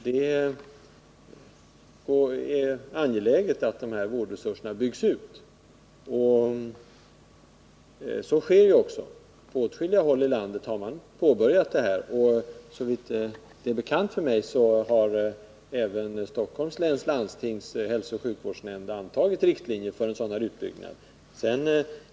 Det är angeläget att dessa vårdresurser byggs ut, och man har också på åtskilliga håll i landet börjat med detta arbete. Såvitt det är mig bekant har även Stockholms läns landstings hälsooch sjukvårdsnämnd antagit riktlinjer för en sådan utbyggnad.